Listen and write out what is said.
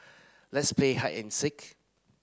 let's play hide and seek